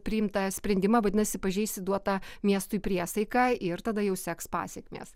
priimtą sprendimą vadinasi pažeisti duotą miestui priesaiką ir tada jau seks pasekmės